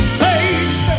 face